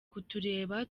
kutureba